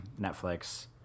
Netflix